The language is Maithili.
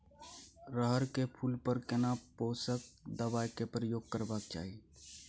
रहर के फूल पर केना पोषक दबाय के प्रयोग करबाक चाही?